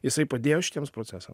jisai padėjo šitiems procesam